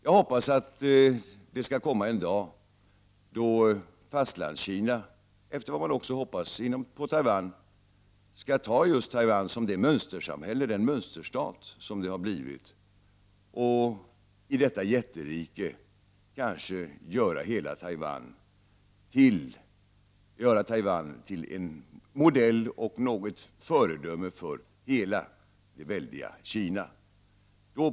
Jag hoppas att det skall komma en dag då Fastlandskina, efter vad man också hoppas på Taiwan, skall ta just Taiwan som det mönstersamhälle, den mönsterstat det har blivit och i detta jätterike kanske göra Taiwan till en modell och ett föredöme för hela det väldiga Kina.